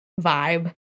vibe